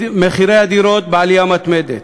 מחירי הדירות בעלייה מתמדת,